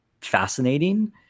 fascinating